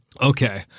Okay